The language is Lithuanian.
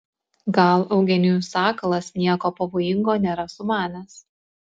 gal eugenijus sakalas nieko pavojingo nėra sumanęs